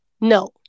No